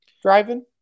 Driving